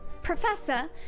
Professor